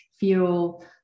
feel